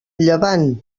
llevant